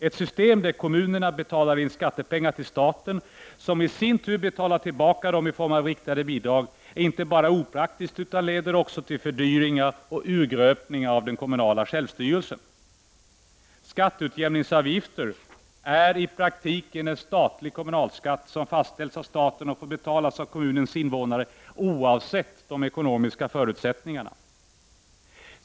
Ett system där kommunerna betalar in skattepengar till staten, som sedan i sin tur betalar tillbaka dem i form av riktade bidrag, är inte bara opraktiskt utan leder också till fördyringar och urgröpning av den kommunala självstyrelsen. Skatteutjämningsavgifter är i praktiken en statlig kommunalskatt, som fastställs av staten och får betalas av kommunens invånare oavsett de ekonomiska förutsättningarna.